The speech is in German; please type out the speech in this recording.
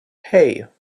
hei